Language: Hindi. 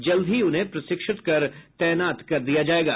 जल्द ही उन्हें प्रशिक्षित कर तैनात कर दिया जायेगा